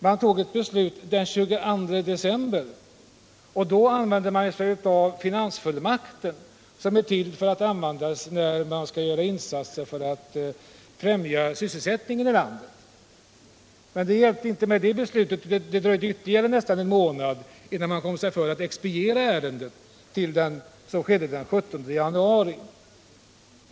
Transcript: Regeringen fattade beslut den 22 december, och då använde man sig av finansfullmakten, som är till för att användas när man skall göra insatser för att främja sysselsättningen i landet. Det hjälpte inte heller med detta beslut, utan det dröjde ytterligare nästan en månad innan man kom sig för med att expediera ärendet, vilket skedde den 17 januari.